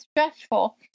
stressful